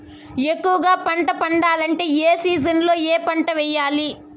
ఎక్కువగా పంట పండాలంటే ఏ సీజన్లలో ఏ పంట వేయాలి